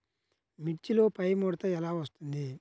మిర్చిలో పైముడత ఎలా వస్తుంది?